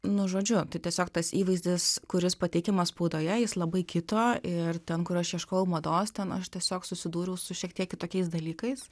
nu žodžiu tai tiesiog tas įvaizdis kuris pateikiamas spaudoje jis labai kito ir ten kur aš ieškojau mados ten aš tiesiog susidūriau su šiek tiek kitokiais dalykais